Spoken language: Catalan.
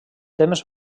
temps